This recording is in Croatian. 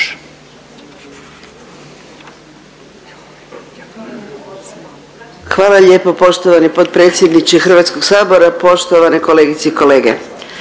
Hvala lijepo poštovani potpredsjedniče Hrvatskog sabora. Poštovane kolegice i kolege